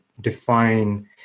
define